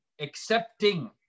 accepting